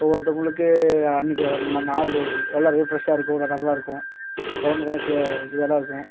ஒவ்வொருத்தங்களுக்கு அன்னைக்கி நாள் எல்லாமே ஃபிரஷ்ஷாக இருக்கும் நல்லாயிருக்கும் உடம்புக்கு எல்லாம் நல்லாயிருக்கும்